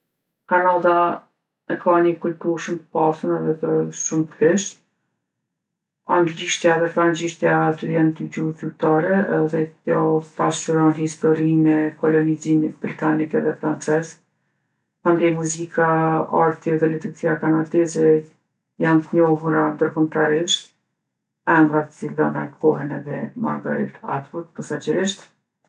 Kanada e ka ni kulturë shumë t'pasun edhe të shumfishtë. Anglishtja edhe frangjishtja aty jon dy gjuhë zyrtare edhe kjo pasqyron historinë e kolonizimit britanik edhe francez. Mandej muzika, arti dhe letërsia kanadeze janë t'njohura ndërkombtarisht, emrat e t'cilëve Margaret Atvud posaçërisht.